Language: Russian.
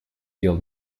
дел